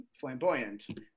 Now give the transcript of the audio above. flamboyant